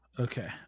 Okay